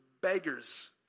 beggars